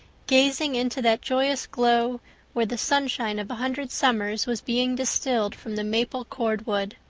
gazing into that joyous glow where the sunshine of a hundred summers was being distilled from the maple cordwood.